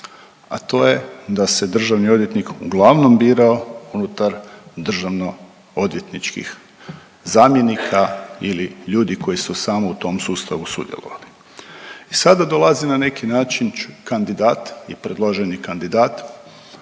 a to je da se državni odvjetnik uglavnom birao unutar državno odvjetničkih zamjenika ili ljudi koji su samo u tom sustavu sudjelovali. I sada dolazi na neki način kandidat i predloženi kandidat